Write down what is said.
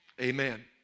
Amen